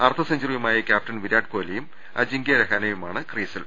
അർദ്ധ സെഞ്ചറിയുമായി ക്യാപ്റ്റൻ വിരാട് കോലിയും അജിങ്കൃ രഹാനെയുമാണ് ക്രീസിൽ